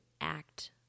act